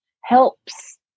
helps